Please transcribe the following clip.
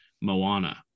Moana